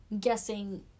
guessing